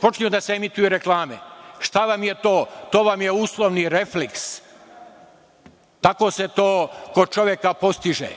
počinju da se emituju reklame. Šta vam je to? To vam je uslovni refleks. Tako se to kod čoveka postiže,